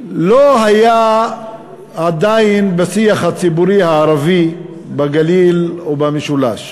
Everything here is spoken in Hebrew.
לא היה עדיין בשיח הציבורי הערבי בגליל ובמשולש.